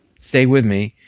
stay with me,